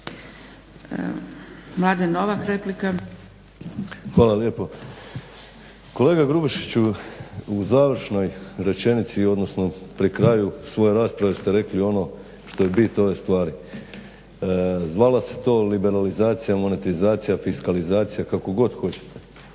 Stranka rada)** Hvala lijepo. Kolega Grubišiću, u završnoj rečenici odnosno pri kraju svoje rasprave ste rekli ono što je bit ove stvari. Zvala se to liberalizacija, monetizacija, fiskalizacija kako god hoćete.